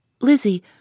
Lizzie